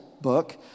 book